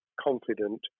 confident